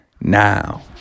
now